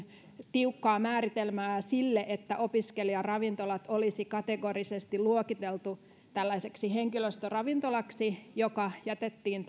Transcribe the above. tiukkaa määritelmää sille että opiskelijaravintolat olisi kategorisesti luokiteltu tällaisiksi henkilöstöravintoloiksi jotka jätettiin